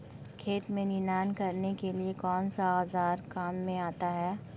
खेत में निनाण करने के लिए कौनसा औज़ार काम में आता है?